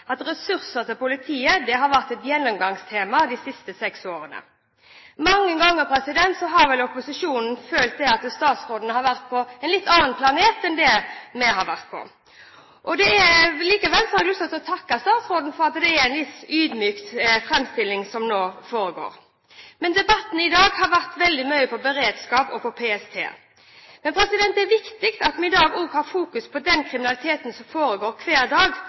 at ressurser til politiet har vært et gjennomgangstema de siste seks årene. Mange ganger har opposisjonen følt at statsråden har vært på en annen planet enn den vi har vært på. Likevel har jeg lyst til å takke statsråden for at det er en viss ydmyk framstilling som nå kommer. Debatten i dag har handlet mye om beredskap og PST. Men det er viktig at vi i dag også har fokus på å bekjempe den kriminaliteten som foregår hver dag,